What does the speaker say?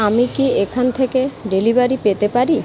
আমি কি এখান থেকে ডেলিভারি পেতে পারি